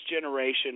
generation